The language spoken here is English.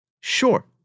Sure